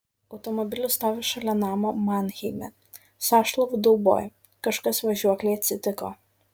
automobilis stovi šalia namo manheime sąšlavų dauboj kažkas važiuoklei atsitiko